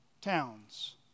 towns